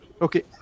Okay